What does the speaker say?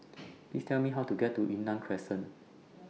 Please Tell Me How to get to Yunnan Crescent